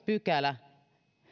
pykälä tehokas